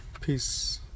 Peace